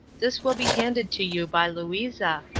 this will be handed to you by louisa,